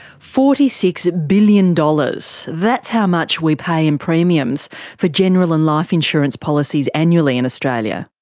forty six billion dollars, that's how much we pay in premiums for general and life insurance policies annually in australia.